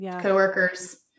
coworkers